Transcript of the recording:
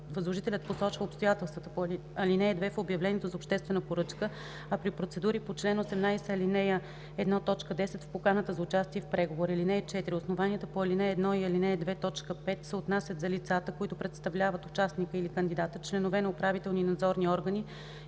Възложителят посочва обстоятелствата по ал. 2 в обявлението за обществена поръчка, а при процедури по чл. 18, ал. 1, т. 10 – в поканата за участие в преговори. (4) Основанията по ал. 1 и ал. 2, т. 5 се отнасят за лицата, които представляват участника или кандидата, членовете на управителни и надзорни органи